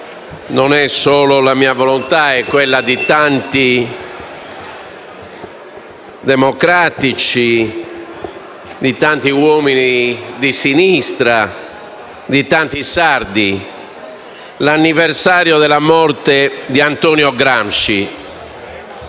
non è solo la mia volontà, ma è di tanti democratici, di tanti uomini di sinistra, di tanti sardi - l'anniversario della morte di Antonio Gramsci